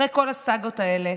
אחרי כל הסאגות האלה,